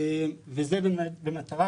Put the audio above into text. זה במטרה,